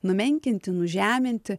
numenkinti nužeminti